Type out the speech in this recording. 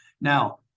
Now